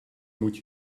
moet